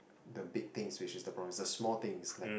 the big things which is the problem the small things like